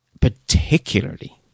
Particularly